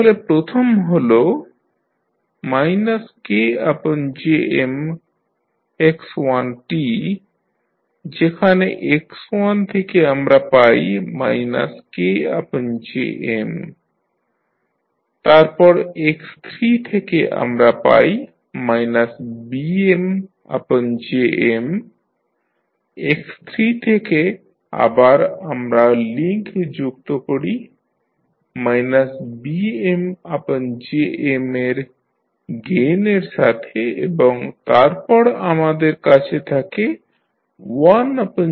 তাহলে প্রথম হল KJmx1t যেখানে x1 থেকে আমরা পাই KJm তারপর x3 থেকে আমরা পাই BmJm x3 থেকে আবার আমরা লিংক যুক্ত করি BmJm এর গেইনের সাথে এবং তারপর আমাদের কাছে থাকে 1JmTm